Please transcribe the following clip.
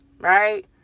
right